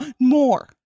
More